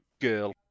girl